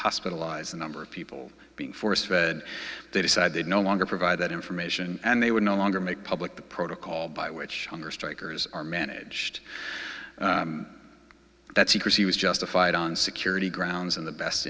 hospitalized the number of people being force fed they decide they no longer provide that information and they would no longer make public the protocol by which hunger strikers are managed that secrecy was justified on security grounds in the best